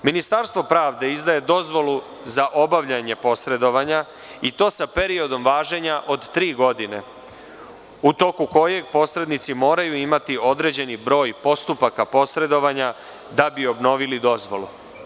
Ministarstvo pravde izdaje dozvolu za obavljanje posredovanja i to sa periodom važenja od tri godine, u toku kojeg posrednici moraju imati određeni broj postupaka posredovanja da bi obnovili dozvolu.